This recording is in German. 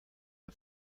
the